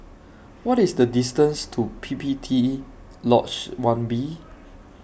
What IS The distance to P P T Lodge one B